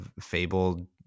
fabled